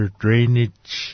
drainage